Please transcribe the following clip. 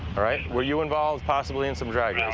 all right? were you involved, possibly, in some drag yeah